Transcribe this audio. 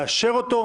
לאשר אותו.